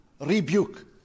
rebuke